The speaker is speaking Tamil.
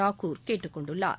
தாக்கூர் கேட்டுக் கொண்டுள்ளார்